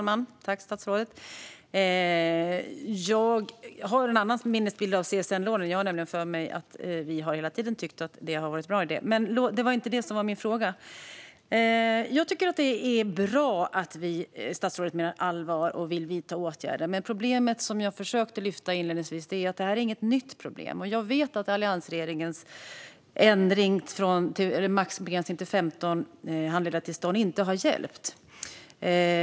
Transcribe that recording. Fru talman! Jag har en annan minnesbild gällande CSN-lånen. Jag har för mig att vi hela tiden har tyckt att de är en bra idé. Men det var inte detta min fråga gällde. Det är bra att statsrådet menar allvar och vill vidta åtgärder, men som jag inledningsvis försökte lyfta upp är det här inte ett nytt problem. Jag vet att alliansregeringens begränsning till max 15 handledartillstånd inte har hjälpt.